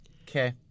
Okay